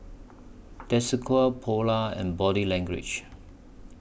Desigual Polar and Body Language